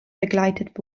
begleitet